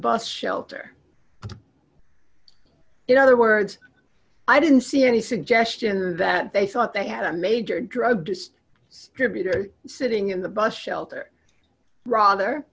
bus shelter in other words i didn't see any suggestion that they thought they had a major drug use or beater sitting in the bus shelter rather